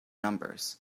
numbers